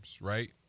right